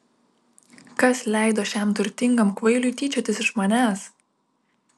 kas leido šiam turtingam kvailiui tyčiotis iš manęs